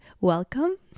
welcome